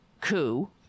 coup